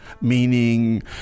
meaning